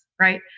right